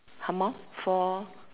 some more four